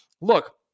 look